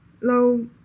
low